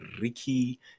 ricky